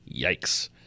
Yikes